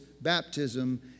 baptism